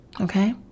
okay